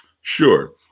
sure